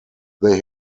they